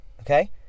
okay